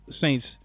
saints